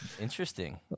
Interesting